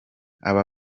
aba